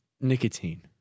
Nicotine